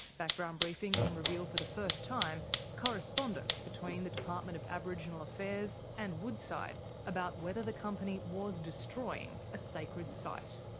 background briefing can reveal for the first time correspondence between the department of aboriginal affairs and woodside about whether the company was destroying a sacred site.